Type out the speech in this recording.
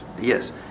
Yes